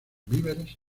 víveres